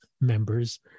members